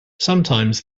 sometimes